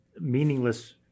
meaningless